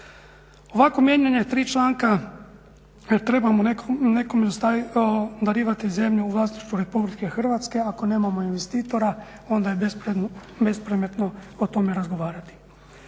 Ovako mijenjanje tri članka trebamo nekome darivati zemlju u vlasništvu Republike Hrvatske ako nemamo investitora onda je bespredmetno o tome razgovarati.